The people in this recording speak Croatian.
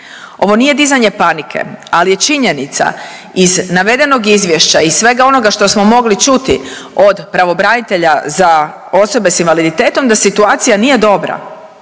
ovo nije dizanje panike, ali je činjenica iz navedenog izvješća, iz svega onoga što smo mogli čuti od pravobranitelja za osobe s invaliditetom da situacija nije dobra,